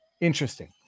Interesting